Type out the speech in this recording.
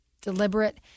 deliberate